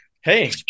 hey